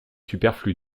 superflu